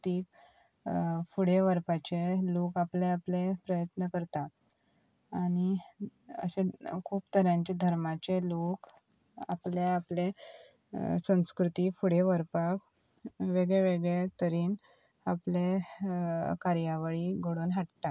ती फुडें व्हरपाचे लोक आपले आपले प्रयत्न करता आनी अशे खूब तरांचे धर्माचे लोक आपले आपले संस्कृती फुडें व्हरपाक वेगळे वेगळे तरेन आपले कार्यावळी घडोवन हाडटा